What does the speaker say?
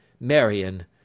Marion